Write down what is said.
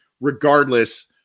regardless